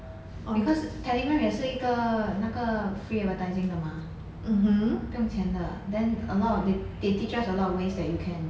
because telegram 也是一个那个 free advertising 的 mah 不用钱的 then a lot of the the~ they teach us a lot of ways that you can